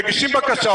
מגישים בקשות,